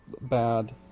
bad